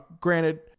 Granted